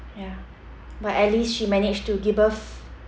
ya but at least she managed to give birth